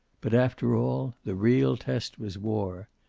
but after all the real test was war.